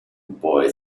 boy